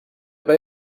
bij